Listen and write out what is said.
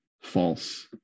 false